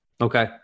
Okay